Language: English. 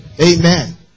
Amen